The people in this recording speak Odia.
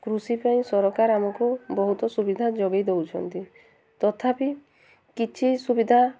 କୃଷି ପାଇଁ ସରକାର ଆମକୁ ବହୁତ ସୁବିଧା ଯୋଗାଇ ଦଉଛନ୍ତି ତଥାପି କିଛି ସୁବିଧା